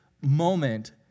moment